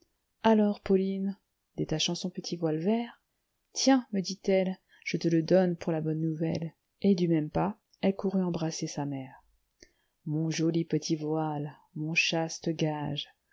alors pauline détachant son petit voile vert tiens me dit-elle je te le donne pour la bonne nouvelle et du même pas elle courut embrasser sa mère mon joli petit voile mon chaste gage